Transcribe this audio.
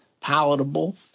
palatable